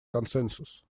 консенсус